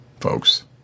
folks